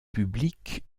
public